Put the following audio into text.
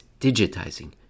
digitizing